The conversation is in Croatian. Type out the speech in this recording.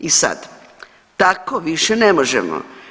I sad, tako više ne možemo.